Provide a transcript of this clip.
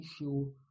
issue